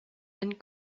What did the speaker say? and